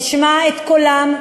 אשמע את קולם,